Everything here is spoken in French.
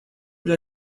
bien